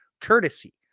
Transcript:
Courtesy